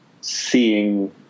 seeing